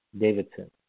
Davidson